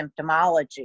symptomology